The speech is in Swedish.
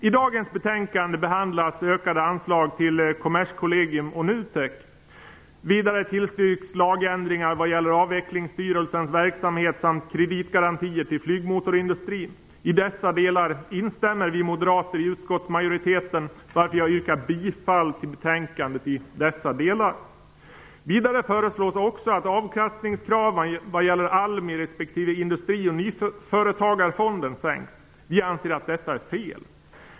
I dagens betänkande behandlas ökade anslag till dessa delar instämmer vi moderater i utskottsmajoritetens ståndpunkt, varför jag yrkar bifall till utskottets hemställan i dessa delar. Vidare föreslås också att avkastningskraven vad gäller ALMI respektive Industri och nyföretagarfonden sänks. Vi anser att detta är fel.